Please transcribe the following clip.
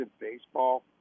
baseball